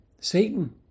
Satan